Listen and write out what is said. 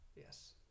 Yes